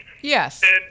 Yes